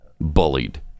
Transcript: bullied